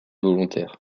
volontaires